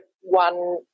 one